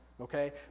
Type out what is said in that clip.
Okay